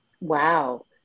wow